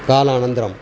कालानन्तरम्